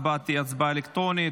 ההצבעה תהיה הצבעה אלקטרונית.